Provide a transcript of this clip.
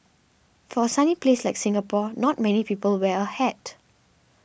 for a sunny place like Singapore not many people wear a hat